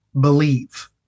believe